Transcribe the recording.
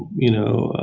you know,